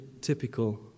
typical